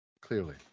Clearly